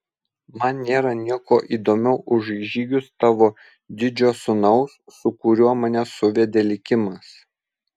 man nėra nieko įdomiau už žygius tavo didžio sūnaus su kuriuo mane suvedė likimas